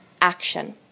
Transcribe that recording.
action